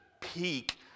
peak